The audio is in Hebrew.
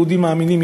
יהודים מאמינים,